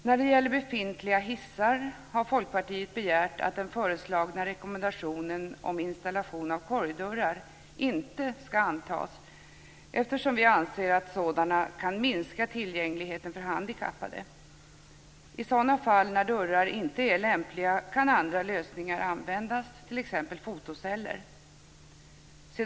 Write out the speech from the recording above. När det gäller befintliga hissar har Folkpartiet begärt att den föreslagna rekommendationen om installation av korgdörrar inte skall antas eftersom vi anser att sådana kan minska tillgängligheten för handikappade. När dörrar inte är lämpliga kan andra lösningar användas, t.ex. fotoceller.